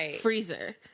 freezer